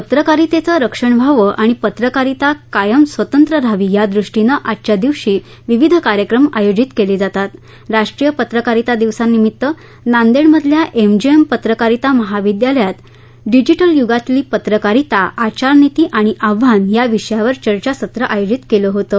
पत्रकारितेचं रक्षण व्हावं आणि पत्रकारिता कायम स्वतंत्र राहावी यादृष्टीने आजच्या दिवशी विविध कार्यक्रम आयोजित केले जातात राष्ट्रीय पत्रकारिता दिवसानिमित्त नांदेडमधलया एमजीएम पत्रकारिता महाविद्यालयात डिजिटल युगातली पत्रकारिता आचारनिती आणि आव्हानं या विषयावर चर्चासत्र आयोजित केलं होतं